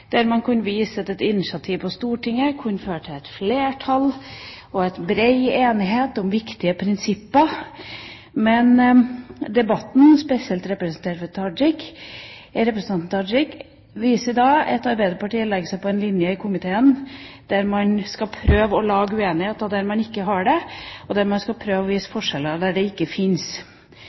der man kunne vise at et initiativ på Stortinget kunne føre til et flertall og en bred enighet om viktige prinsipper. Men debatten, spesielt representert ved representanten Tajik, viser at Arbeiderpartiet legger seg på en linje i komiteen der man skal prøve å lage uenighet der man ikke har det, og der man skal prøve å vise forskjeller der de ikke fins. Det å påstå at det ikke fins